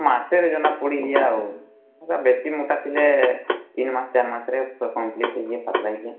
ମାସେରେ ଜଣା ପଡ଼ିଯିଆ ଆଉ ବେଶୀ ମୋଟା ଥିଲେ ତିନି ମାସ ଚାରି ମାସରେ କମ୍ପ୍ଲିଟ ହେଇଯିଏ ପାତଲା ହେଇକି